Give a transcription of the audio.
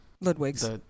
Ludwig's